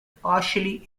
partially